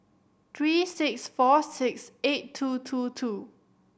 three six four six eight two two two